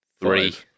three